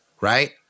right